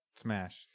Smash